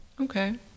okay